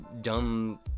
Dumb